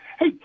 Hey